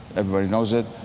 everybody knows it.